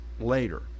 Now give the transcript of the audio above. later